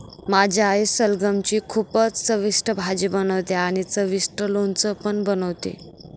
माझी आई सलगम ची खूपच चविष्ट भाजी बनवते आणि चविष्ट लोणचं पण बनवते